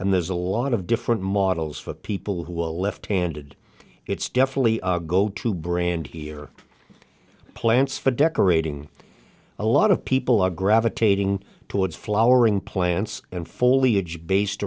and there's a lot of different models for people who a left handed it's definitely a go to brand here plants for decorating a lot of people are gravitating towards flowering plants and foliage based